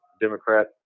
Democrat